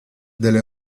delle